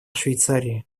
швейцарии